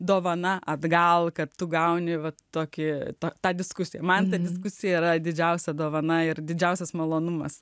dovana atgal kad tu gauni va tokie tą tą diskusijąman ta diskusija yra didžiausia dovana ir didžiausias malonumas